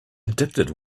addicted